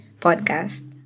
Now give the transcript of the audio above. Podcast